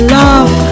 love